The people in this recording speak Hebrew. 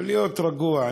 ולהיות רגוע,